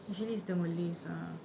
usually it's the malays ah